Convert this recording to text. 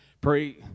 Pray